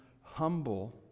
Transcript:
humble